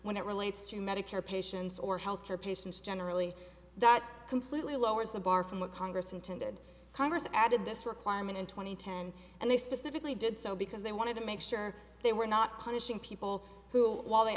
when it relates to medicare patients or health care patients generally that completely lowers the bar from work congress intended congress added this requirement in two thousand and ten and they specifically did so because they wanted to make sure they were not punishing people who while they